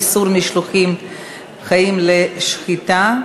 איסור משלוחים חיים לשחיטה)